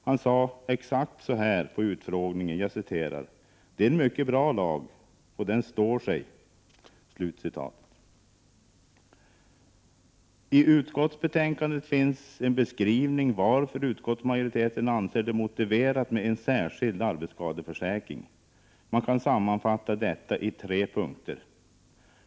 Han sade på utfrågningen exakt: ”Det är en mycket bra lag, och den står sig.” I utskottsbetänkandet finns en beskrivning av varför utskottsmajoriteten anser det motiverat med en särskild arbetsskadeförsäkring. Man kan sammanfatta det i tre punkter.